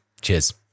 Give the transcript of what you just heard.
Cheers